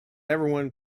everyone